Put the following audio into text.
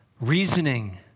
reasoning